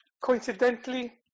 coincidentally